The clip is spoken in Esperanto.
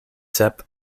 sep